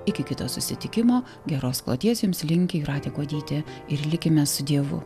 iki kito susitikimo geros kloties jums linki jūratė kuodytė ir likime su dievu